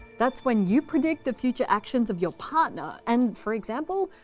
that's when you predict the future actions of your partner and for example,